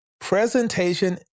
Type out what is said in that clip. Presentation